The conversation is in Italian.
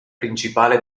principale